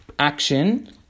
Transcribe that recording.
Action